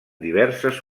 diverses